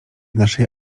naszej